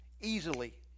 easily